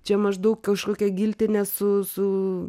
čia maždaug kažkokia giltinė su su